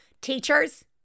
Teachers